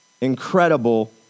Incredible